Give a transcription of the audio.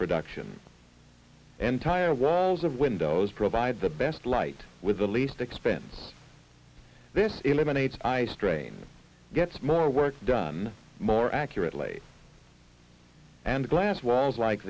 production and tire was of windows provide the best light with the least expense this eliminates eyestrain gets more work done more accurately and glass was like